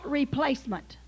replacement